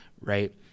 right